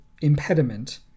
impediment